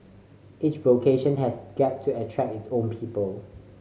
each vocation has got to attract its own people